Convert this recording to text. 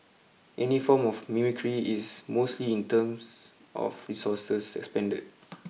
any form of mimicry is mostly in terms of resources expended